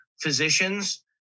physicians